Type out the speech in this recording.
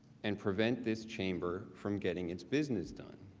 and prevent this chamber from getting its business done.